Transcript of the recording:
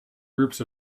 groups